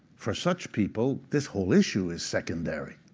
for such people, this whole issue is secondary.